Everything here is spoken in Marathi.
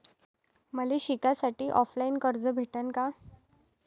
मले शिकासाठी ऑफलाईन कर्ज भेटन का?